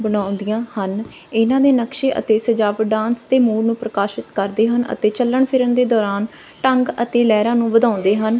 ਬਣਾਉਂਦੀਆਂ ਹਨ ਇਹਨਾਂ ਦੇ ਨਕਸ਼ੇ ਅਤੇ ਸਜਾਵਟ ਡਾਂਸ ਅਤੇ ਮੂੜ ਨੂੰ ਪ੍ਰਕਾਸ਼ਿਤ ਕਰਦੇ ਹਨ ਅਤੇ ਚੱਲਣ ਫਿਰਨ ਦੇ ਦੌਰਾਨ ਢੰਗ ਅਤੇ ਲਹਿਰਾਂ ਨੂੰ ਵਧਾਉਂਦੇ ਹਨ